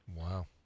wow